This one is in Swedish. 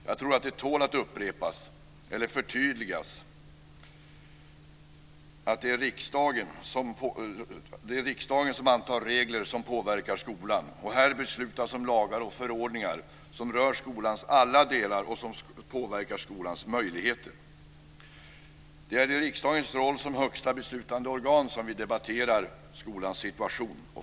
Jag tror att det tål att upprepas eller förtydligas att det är riksdagen som antar regler som påverkar skolan. Här beslutas om lagar och förordningar som rör skolans alla delar och som påverkar skolans möjligheter. Det är i riksdagens roll som högsta beslutande organ som vi debatterar skolans situation.